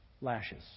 lashes